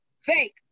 fake